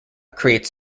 creates